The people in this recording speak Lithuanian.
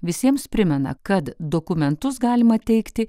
visiems primena kad dokumentus galima teikti